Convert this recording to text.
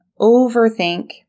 overthink